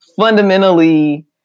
fundamentally